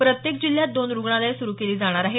प्रत्येक जिल्ह्यात दोन रुग्णालयं सुरू केली जाणार आहेत